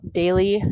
daily